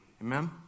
Amen